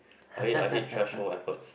I hate I hate threshold efforts